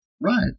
Right